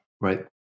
Right